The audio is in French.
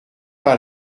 pas